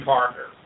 Parker